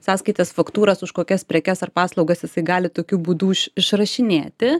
sąskaitas faktūras už kokias prekes ar paslaugas jisai gali tokiu būdu iš išrašinėti